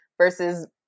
versus